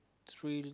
thrill